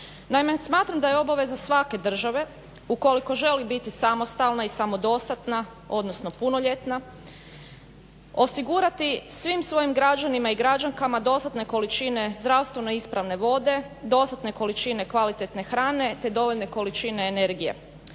Naime, smatram da je obaveza svake države ukoliko želi biti samostalna i samodostatna, odnosno punoljetna osigurati svim svojim građanima i građankama dostatne količine zdravstveno ispravne vode, dostatne količine kvalitetne hrane te dovoljne količine energije.